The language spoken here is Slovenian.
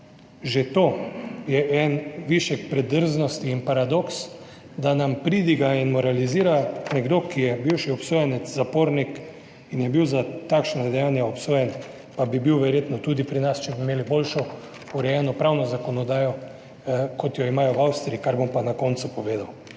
Že to je en višek predrznosti in paradoks, da nam pridiga in moralizira nekdo, ki je bivši obsojenec, zapornik in je bil za takšna dejanja obsojen. Pa bi bil verjetno tudi pri nas, če bi imeli boljšo urejeno pravno zakonodajo kot jo imajo v Avstriji, kar bom pa na koncu povedal.